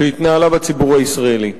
שהתנהלה בציבור הישראלי.